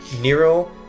Nero